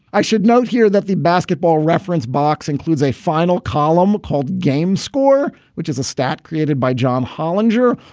i should note here that the basketball reference box includes a final column called game score, which is a stat created by john hollinger.